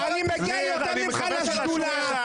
אני מגיע יותר ממך לשדולה.